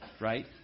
right